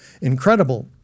incredible